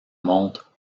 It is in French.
montre